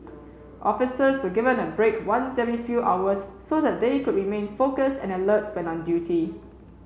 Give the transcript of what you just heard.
officers were given a break once every few hours so that they could remain focused and alert when on duty